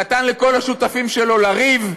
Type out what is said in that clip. נתן לכל השותפים שלו לריב,